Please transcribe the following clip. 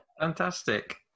Fantastic